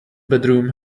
bedroom